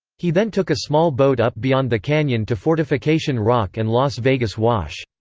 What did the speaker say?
he then took a small boat up beyond the canyon to fortification rock and las vegas wash.